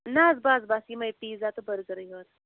نہ حظ بَس بَس یِمَے پیٖزا تہٕ بٔرگَرٕے یوت